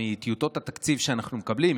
מטיוטות התקציב שאנחנו מקבלים,